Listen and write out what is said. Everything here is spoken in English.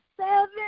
seven